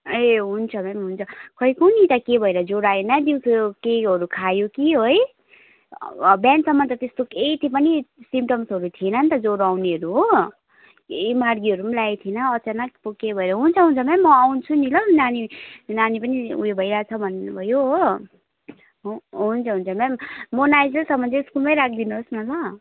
ए हुन्छ म्याम हुन्छ खोइ कुनि त के भएर ज्वरो आयो न दिउँसो केहीहरू खायो कि है बिहानसम्म त त्यस्तो केही पनि सिम्टम्सहरू थिएन नि त ज्वरो आउनेहरू हो केही मार्कीहरू पनि लागेको थिएन अचानक पो के भयो हुन्छ हुन्छ म्याम म आउँछु नि ल नानी नानी पनि ऊ यो भइरहेको छ भन्नु भयो हो हु हुन्छ हुन्छ म्याम म नआइन्जेलसम्म चाहिँ स्कुलमै राखिदिनुहोस् न ल